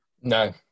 No